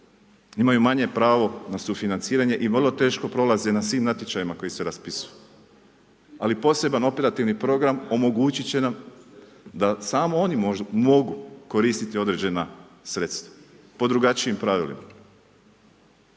Imaju manje pravo na sufinanciranje i vrlo teško prolaze na svim natječajima koji se raspisuju. Ali posebna operativni program omogućit će nam da samo oni mogu koristiti određena sredstva po drugačijim pravilima.